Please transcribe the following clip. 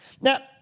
Now